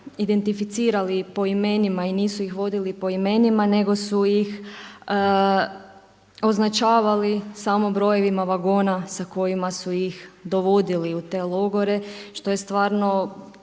identificirali po imenima i nisu ih vodili po imenima nego su ih označavali samo brojevima vagona sa kojima su ih dovodili u te logore što je stvarno